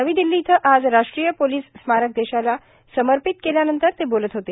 नवी दिल्ली इथं आज राष्ट्रीय पोलिस स्मारक देशाला समर्पित केल्यानंतर ते बोलत होते